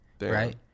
right